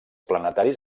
planetaris